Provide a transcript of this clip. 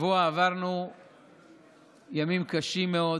השבוע עברנו ימים קשים מאוד.